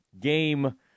game